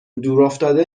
دورافتاده